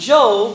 Job